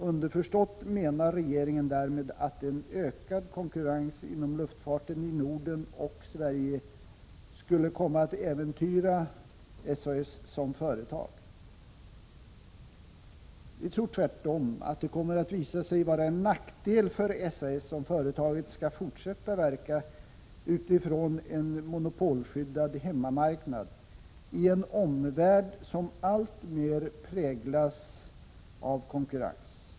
Underförstått menar regeringen därmed att en ökad konkurrens inom luftfarten i Norden och Sverige skulle komma att äventyra SAS som företag. Vi tror tvärtom att det kommer att visa sig vara en nackdel för SAS, om företaget skall fortsätta verka utifrån en monopolskyddad hemmamarknad i en omvärld som alltmer präglas av konkurrens.